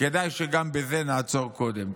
כדאי שגם בזה נעצור קודם.